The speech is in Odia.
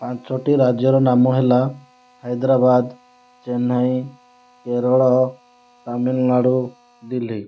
ପାଞ୍ଚୋଟି ରାଜ୍ୟର ନାମ ହେଲା ହାଇଦ୍ରାବାଦ ଚେନ୍ନାଇ କେରଳ ତାମିଲନାଡ଼ୁ ଦିଲ୍ଲୀ